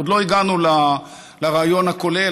עוד לא הגענו לרעיון הכולל,